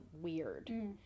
weird